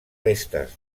restes